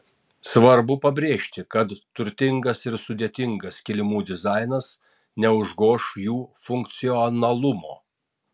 svarbu pabrėžti kad turtingas ir sudėtingas kilimų dizainas neužgoš jų funkcionalumo